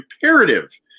imperative